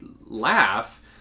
laugh